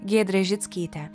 giedrę žickytę